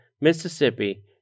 Mississippi